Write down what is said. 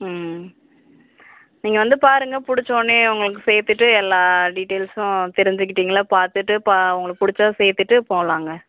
ம் நீங்கள் வந்து பாருங்கள் பிடிச்சவொன்னே உங்களுக்கு சேர்த்துட்டு எல்லா டீட்டைல்ஸ்ஸும் தெரிஞ்சுக்கிட்டிங்கள்ல பார்த்துட்டு பா உங்களுக்குப் பிடிச்சா சேர்த்துட்டு போகலாங்க